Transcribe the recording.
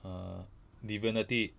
err divinity